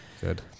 Good